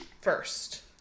first